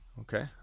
okay